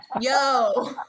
Yo